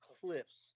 cliffs